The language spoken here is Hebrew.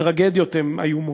והטרגדיות הן איומות.